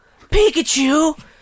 Pikachu